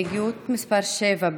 הסתייגות (7)